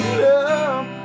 love